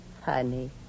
Honey